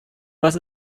was